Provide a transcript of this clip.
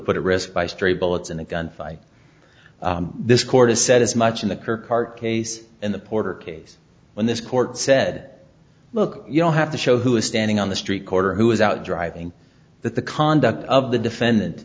put at risk by stray bullets in a gunfight this court has said as much in the kirkyard case in the puerto case when this court said look you don't have to show who is standing on the street corner who is out driving that the conduct of the defendant